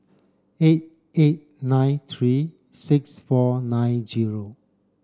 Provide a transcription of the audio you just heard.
eight eight nine three six four nine zero